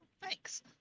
Thanks